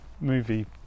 movie